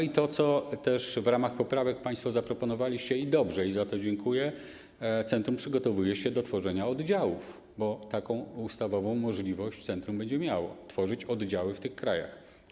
I to, co też w ramach poprawek państwo zaproponowaliście - i dobrze, za to dziękuję - to to, że centrum przygotowuje się do tworzenia oddziałów, bo taką ustawową możliwość centrum będzie miało: tworzyć oddziały w tych krajach.